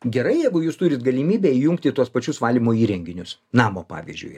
gerai jeigu jūs turit galimybę įjungti tuos pačius valymo įrenginius namo pavyzdžiui